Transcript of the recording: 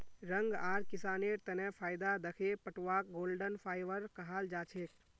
रंग आर किसानेर तने फायदा दखे पटवाक गोल्डन फाइवर कहाल जाछेक